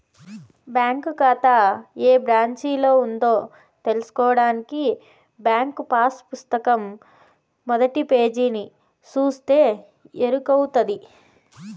bank కాతా ఏ బ్రాంచిలో ఉందో తెల్సుకోడానికి బ్యాంకు పాసు పుస్తకం మొదటి పేజీని సూస్తే ఎరకవుతది